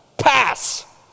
Pass